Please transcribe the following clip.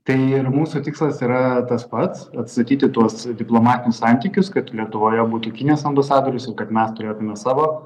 tai ir mūsų tikslas yra tas pats atstatyti tuos diplomatinius santykius kad lietuvoje būtų kinijos ambasadorius ir kad mes turėtumėme savo